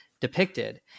depicted